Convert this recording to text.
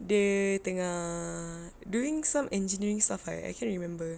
dia tengah doing some engineering stuff I I can't remember